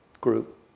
group